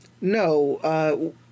No